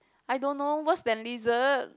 I don't know worse than lizard